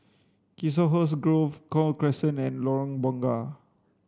Chiselhurst Grove Gul Crescent and Lorong Bunga